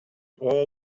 all